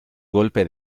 golpe